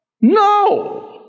no